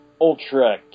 Ultra